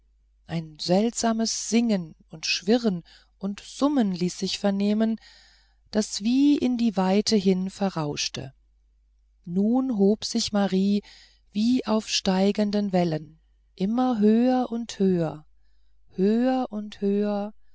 ein seltsames singen und schwirren und summen ließ sich vernehmen das wie in die weite hin verrauschte nun hob sich marie wie auf steigenden wellen immer höher und höher höher und höher